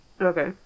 Okay